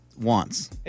wants